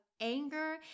anger